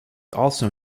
also